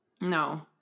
No